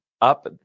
up